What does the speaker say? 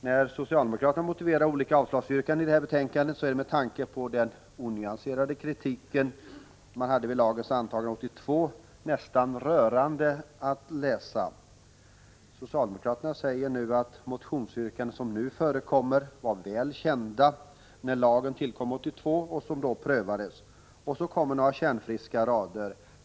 När socialdemokraterna motiverar olika avslagsyrkanden i detta betänkande är det, med tanke på den onyanserade kritik man hade vid lagens antagande 1982, nästan rörande att läsa att socialdemokraterna nu tycker att de motionsyrkanden som nu förekommer, och som då prövades, var väl kända när lagen tillkom 1982. Och så kommer några kärnfriska rader.